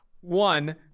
one